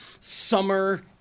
Summer